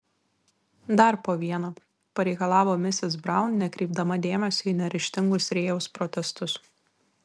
dar po vieną pareikalavo misis braun nekreipdama dėmesio į neryžtingus rėjaus protestus